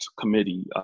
committee